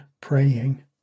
praying